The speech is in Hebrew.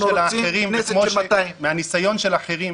אנחנו רוצים כנסת של 200 --- מהניסיון של אחרים,